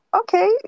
okay